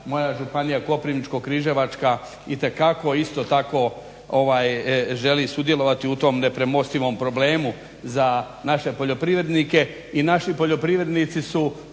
moja županija Koprivničko-križevačka itekako isto tako želi sudjelovati u tom nepremostivom problemu za naše poljoprivrednike